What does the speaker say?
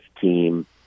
team